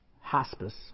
hospice